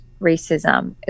racism